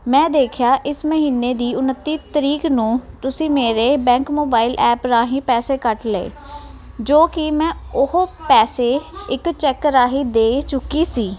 ਮੈਂ ਦੇਖਿਆ ਮਹੀਨੇ ਦੀ ਉਣੱਤੀ ਤਰੀਕ ਨੂੰ ਤੁਸੀਂ ਮੇਰੇ ਬੈਂਕ ਮੋਬਾਈਲ ਐਪ ਰਾਹੀਂ ਪੈਸੇ ਕੱਟ ਲਏ ਜੋ ਕਿ ਮੈਂ ਉਹ ਪੈਸੇ ਇੱਕ ਚੈੱਕ ਰਾਹੀਂ ਦੇ ਚੁੱਕੀ ਸੀ